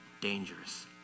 dangerous